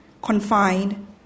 confined